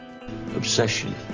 Obsession